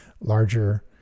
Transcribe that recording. larger